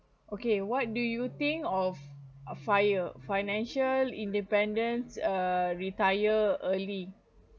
okay what do you think of fire financial independence uh retire early